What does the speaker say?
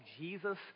Jesus